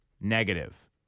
negative